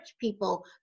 people